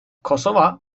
kosova